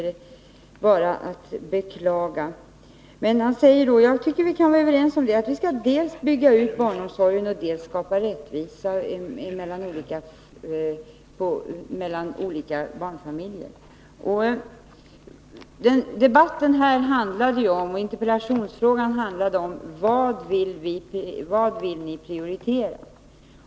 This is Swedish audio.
Men han sade följande, som jag tycker att vi kan vara överens om: Vi skall dels bygga ut barnomsorgen, dels skapa rättvisa mellan olika barnfamiljer. Gertrud Sigurdsens interpellation som låg till grund för den här debatten handlade om vad regeringen vill prioritera.